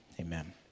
Amen